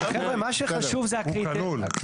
חבר'ה, מה שחשוב זה הקריטריונים.